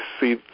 see